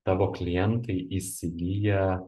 tavo klientai įsigyję